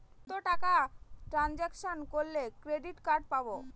কত টাকা ট্রানজেকশন করলে ক্রেডিট কার্ড পাবো?